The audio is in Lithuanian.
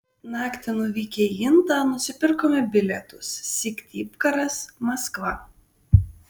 naktį nuvykę į intą nusipirkome bilietus syktyvkaras maskva